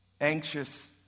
anxious